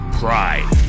pride